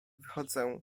wychodzę